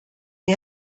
wir